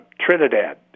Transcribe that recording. Trinidad